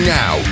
now